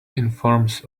informs